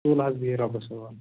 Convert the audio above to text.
چلو حظ بِہو حظ رۄبَس حَوالہٕ